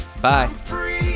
Bye